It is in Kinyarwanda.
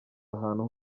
ahantu